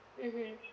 mmhmm